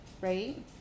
Right